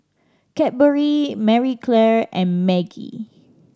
Cadbury Marie Claire and Maggi